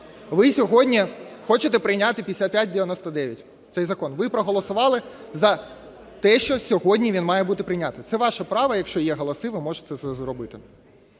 Ви сьогодні хочете прийняти 5599 цей закон. Ви проголосували за те, що сьогодні він має бути прийнятий. Це ваше право, якщо є голоси, ви можете це зробити.